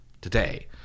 today